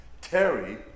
Terry